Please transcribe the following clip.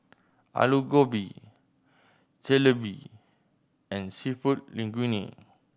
Alu Gobi Jalebi and Seafood Linguine